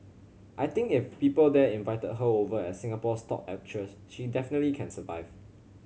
I think if people there invited her over as Singapore's top actress she definitely can survive